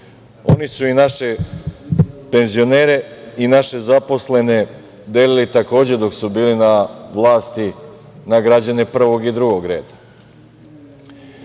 su i naše penzionere i naše zaposlene delili takođe dok su bili na vlasti na građane prvog i drugog reda. Prva